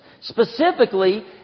Specifically